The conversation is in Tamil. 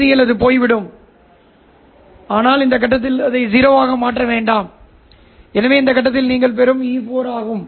இறுதியில் அது போய்விடும் ஆனால் இந்த கட்டத்தில் அதை 0 ஆக மாற்ற வேண்டாம் எனவே இது இந்த கட்டத்தில் நீங்கள் பெறும் E4 ஆகும்